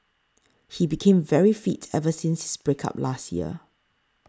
he became very fit ever since his break up last year